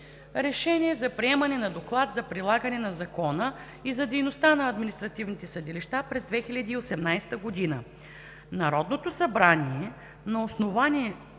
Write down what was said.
РЕШЕНИЕ за приемане на Доклад за прилагането на закона и за дейността на административните съдилища през 2018 г.